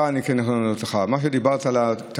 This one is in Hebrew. אני יכול לענות לך בקצרה: מה שדיברת על התיירים,